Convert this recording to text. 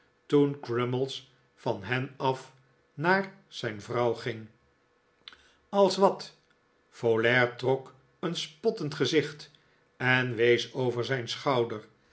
toen crummies van hen af naar zijn vrouw ging als wat folair trok een spottend gezicht en wees over zijn schouder